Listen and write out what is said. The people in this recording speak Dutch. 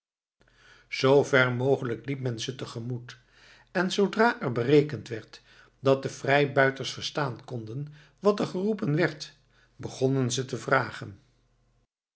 zoo ver mogelijk liep men ze tegemoet en zoodra er berekend werd dat de vrijbuiters verstaan konden wat er geroepen werd begonnen ze te vragen